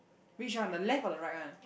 which on the left or the right one